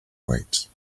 weights